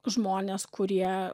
žmonės kurie